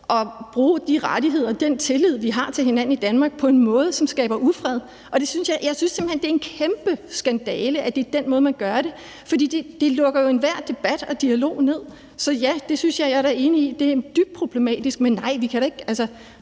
at bruge de rettigheder og den tillid, vi har til hinanden i Danmark på en måde, som skaber ufred. Jeg synes simpelt hen, det er en kæmpe skandale, at det er den måde, man gør det på, for det lukker jo enhver debat og dialog ned. Så ja, jeg er da enig i, at det er dybt problematisk. Men lad os nu sige,